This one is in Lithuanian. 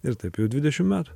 ir taip jau dvidešim metų